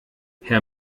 herr